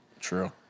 True